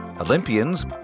Olympians